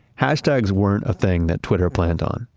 hashtags weren't a thing that twitter planned on.